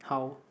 how